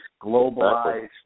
globalized